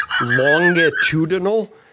Longitudinal